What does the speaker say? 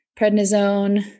prednisone